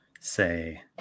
say